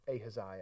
Ahaziah